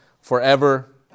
forever